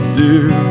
dear